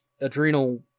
adrenal